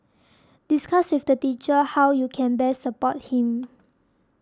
discuss with the teacher how you can best support him